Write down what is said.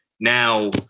now